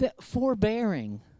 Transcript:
Forbearing